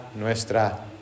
nuestra